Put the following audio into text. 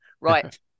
Right